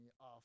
off